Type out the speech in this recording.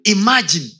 imagine